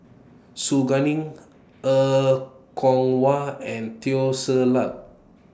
Su Guaning Er Kwong Wah and Teo Ser Luck